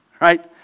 right